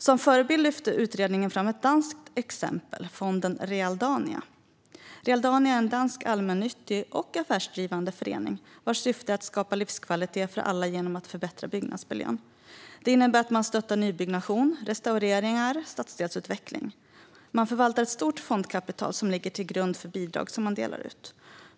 Som förebild lyfte utredningen fram ett danskt exempel, fonden Realdania. Realdania är en dansk allmännyttig och affärsdrivande förening vars syfte är att skapa livskvalitet för alla genom att förbättra byggnadsmiljön. Detta innebär att man stöttar nybyggnation, restaureringar och stadsdelsutveckling. Man förvaltar ett stort fondkapital som ligger till grund för bidrag som delas ut.